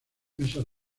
mesas